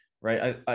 right